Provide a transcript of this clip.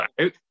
out